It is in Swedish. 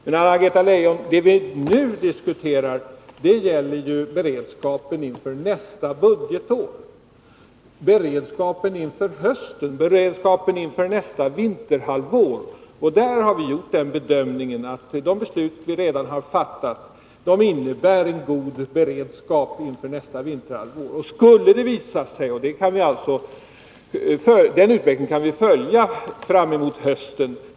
Men, Anna-Greta Leijon, det som vi nu diskuterar gäller beredskapen inför nästa budgetår, framför allt beredskapen inför hösten och inför nästa vinterhalvår, och på den punkten har vi gjort den bedömningen att de beslut som vi redan har fattat innebär en god beredskap inför nästa vinterhalvår. Utvecklingen i det avseendet kan vi avläsa framemot hösten.